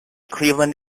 cleveland